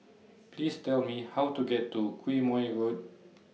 Please Tell Me How to get to Quemoy Road